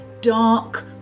dark